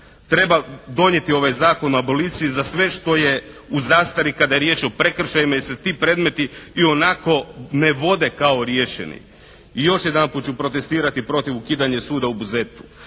treba donijeti ovaj Zakon o aboliciji za sve što je u zastari kada je riječ o prekršajima jer se ti predmeti ionako ne vode kao riješeni. I još jedanput ću protestirati protiv ukidanja suda u Buzetu.